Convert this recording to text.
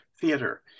theater